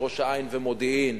הם ראש-העין ומודיעין,